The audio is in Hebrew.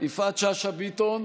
אחמד סיאם,